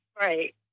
Right